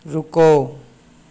रुको